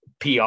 PR